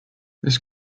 this